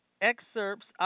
excerpts